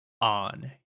on